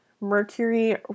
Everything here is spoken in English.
Mercury